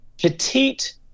petite